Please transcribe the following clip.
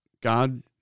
God